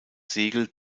segel